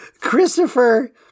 Christopher